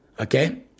Okay